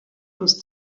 was